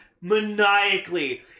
maniacally